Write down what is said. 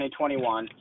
2021